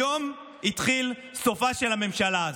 היום התחיל סופה של הממשלה הזו.